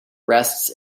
rests